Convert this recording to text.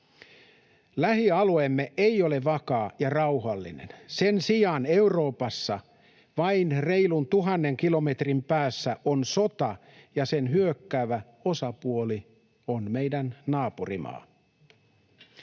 Lähialueemme ei ole vakaa ja rauhallinen. Sen sijaan Euroopassa, vain reilun tuhannen kilometrin päässä on sota ja sen hyökkäävä osapuoli on meidän naapurimaa.